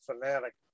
fanatic